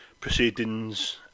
proceedings